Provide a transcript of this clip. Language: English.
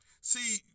See